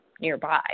nearby